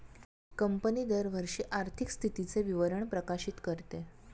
company दरवर्षी आर्थिक स्थितीचे विवरण प्रकाशित करते